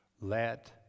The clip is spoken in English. let